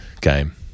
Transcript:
game